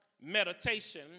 meditation